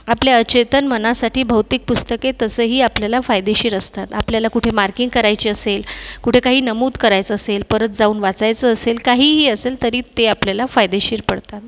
आपल्या अचेतन मनासाठी भौतिक पुस्तके तसंही आपल्याला फायदेशीर असतात आपल्याला कुठे मार्किंग करायची असेल कुठे काही नमूद करायचं असेल परत जाऊन वाचायचं असेल काहीही असेल तरी ते आपल्याला फायदेशीर पडतात